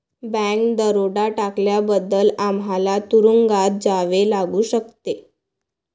bank दरोडा टाकल्याबद्दल आम्हाला तुरूंगात जावे लागू शकते